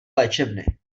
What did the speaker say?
léčebny